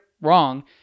wrong